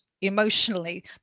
emotionally